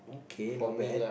okay not bad